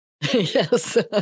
Yes